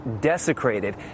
desecrated